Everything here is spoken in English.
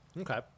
Okay